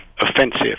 offensive